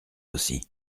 aussi